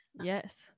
Yes